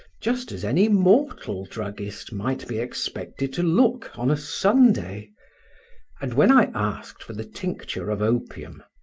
just as any mortal druggist might be expected to look on a sunday and when i asked for the tincture of opium,